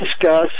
discuss